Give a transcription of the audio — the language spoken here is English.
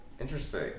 Interesting